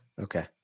okay